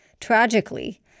Tragically